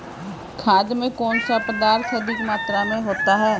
खाद में कौन सा पदार्थ अधिक मात्रा में होता है?